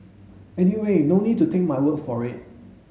anyway no need to take my word for it